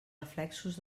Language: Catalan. reflexos